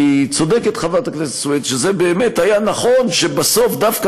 כי צודקת חברת הכנסת סויד שזה באמת היה נכון שבסוף דווקא